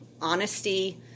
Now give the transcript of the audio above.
honesty